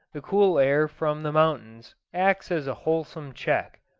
the cool air from the mountains acts as a wholesome check.